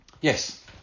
Yes